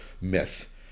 myth